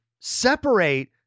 separate